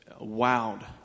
wowed